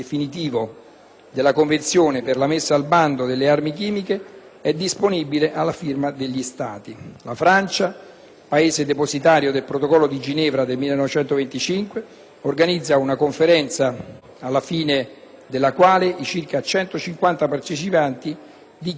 Paese depositario del Protocollo di Ginevra del 1925, organizza una conferenza, alla fine della quale i circa 150 partecipanti dichiarano il proprio impegno al rifiuto di impiegare armi chimiche, da attuare con la eliminazione totale di tali armi.